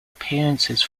appearances